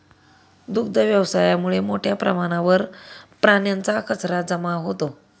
दुग्ध व्यवसायामुळे मोठ्या प्रमाणात प्राण्यांचा कचरा जमा होतो